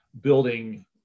building